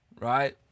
right